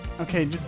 Okay